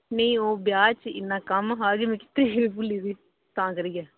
नेईं ओह् ब्याह् च इ'न्ना कम्म हा के ते में बी भुल्ली दी ही तां करियै